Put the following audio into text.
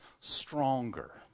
stronger